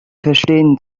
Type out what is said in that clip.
verstehen